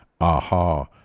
Aha